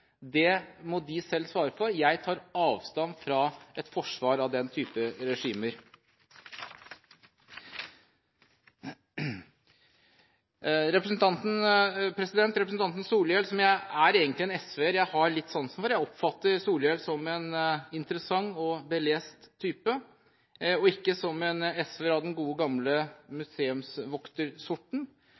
tidligere, må de selv svare for. Jeg tar avstand fra et forsvar av den type regimer. Representanten Solhjell er egentlig en SV-er jeg har litt sansen for. Jeg oppfatter Solhjell som en interessant og belest type og ikke som en SV-er av den gode, gamle